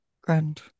Grand